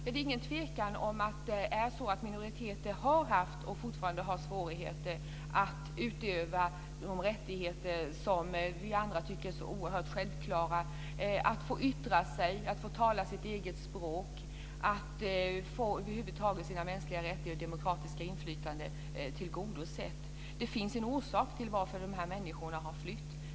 Fru talman! Det är ingen tvekan om att minoriteter har haft och fortfarande har svårigheter att utöva de rättigheter som vi andra tycker är så oerhört självklara. Det handlar om att få yttra sig, att få tala sitt eget språk och att över huvud taget få sina mänskliga rättigheter och sitt demokratiska inflytande tillgodosedda. Det finns en orsak till varför dessa människor har flytt.